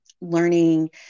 learning